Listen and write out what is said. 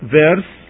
verse